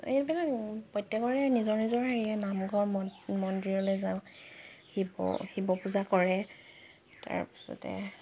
এইবিলাক প্ৰত্যেকৰে নিজৰ নিজৰ হেৰিয়ে নামঘৰ মন্দিৰলে যাওঁ শিৱ পূজা কৰে তাৰপিছতে